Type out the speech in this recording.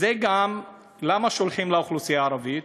למה שולחים לאוכלוסייה הערבית?